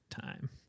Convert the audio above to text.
time